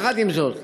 יחד עם זאת,